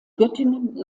göttingen